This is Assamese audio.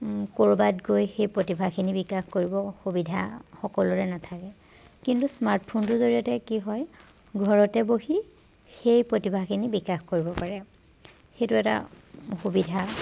ক'ৰবাত গৈ সেই প্ৰতিভাখিনি বিকাশ কৰিব সুবিধা সকলোৰে নাথাকে কিন্তু স্মাৰ্টফোনটোৰ জৰিয়তে কি হয় ঘৰতে বহি সেই প্ৰতিভাখিনি বিকাশ কৰিব পাৰে সেইটো এটা সুবিধা